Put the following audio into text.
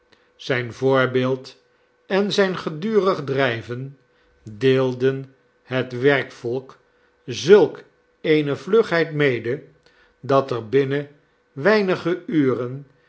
zijn voorbeeld en zijn gedurig drijven deelden het werkvolk zulk eene vlugheid mede dat er binnen weinige uren